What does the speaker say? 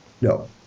No